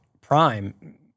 Prime